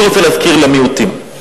אני רוצה להזכיר למיעוטים.